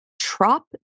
Trop